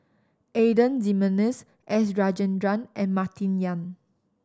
Adan Jimenez S Rajendran and Martin Yan